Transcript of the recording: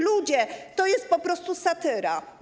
Ludzie, to jest po prostu satyra.